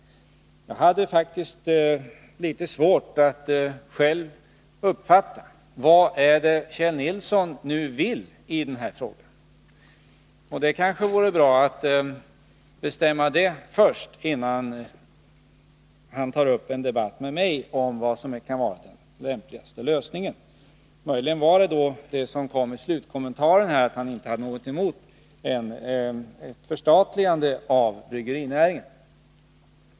Jag hade faktiskt litet svårt att själv uppfatta vad Kjell Nilsson nu vill i den här frågan. Det kanske vore bra att bestämma det först innan han tar upp en debatt med mig om vad som är den lämpligaste lösningen. Möjligen låg det i slutkommentaren att han inte hade någonting emot ett förstatligande av bryggerinäringen.